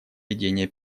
ведение